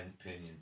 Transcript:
opinion